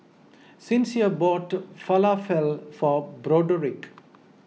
Sincere bought Falafel for Broderick